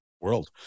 world